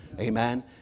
Amen